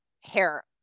hair